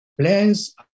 Plans